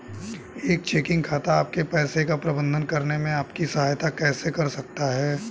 एक चेकिंग खाता आपके पैसे का प्रबंधन करने में आपकी सहायता कैसे कर सकता है?